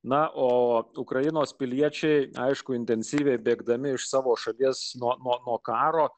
na o ukrainos piliečiai aišku intensyviai bėgdami iš savo šalies nuo karo